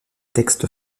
textes